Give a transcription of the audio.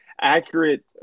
accurate